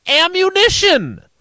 ammunition